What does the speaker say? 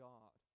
God